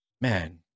man